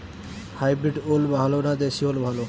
Hybrid ওল ভালো না দেশী ওল ভাল?